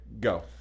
go